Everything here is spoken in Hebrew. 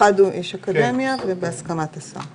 אחד הוא איש אקדמיה ובהסכמת השר.